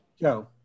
Joe